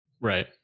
right